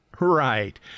Right